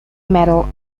metal